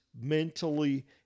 mentally